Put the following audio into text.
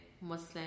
Muslim